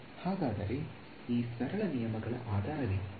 ಹಾಗಾದರೆ ಈ ಸರಳ ನಿಯಮಗಳ ಆಧಾರವೇನು